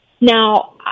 Now